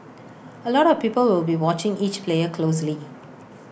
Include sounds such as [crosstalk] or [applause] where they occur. [noise] A lot of people will be watching each player closely